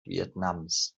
vietnams